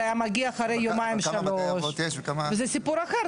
זה היה מגיע אחרי יומיים שלוש וזה סיפור אחר,